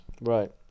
Right